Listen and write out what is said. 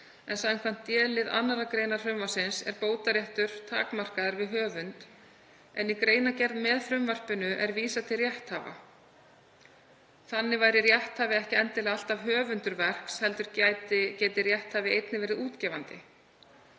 en samkvæmt d-lið 2. gr. frumvarpsins er bótaréttur takmarkaður við höfund en í greinargerð með frumvarpinu er vísað til rétthafa. Þannig væri rétthafi ekki endilega alltaf höfundur verks heldur geti rétthafi einnig verið útgefandi.